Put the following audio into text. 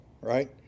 right